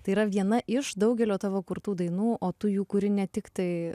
tai yra viena iš daugelio tavo kurtų dainų o tu jų kuri ne tiktai